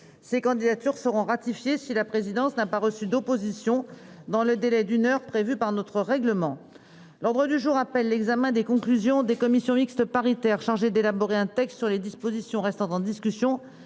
Ces candidatures seront ratifiées si la présidence n'a pas reçu d'opposition dans le délai d'une heure prévu par notre règlement. L'ordre du jour appelle l'examen des conclusions de la commission mixte paritaire chargée d'élaborer un texte sur les dispositions restant en discussion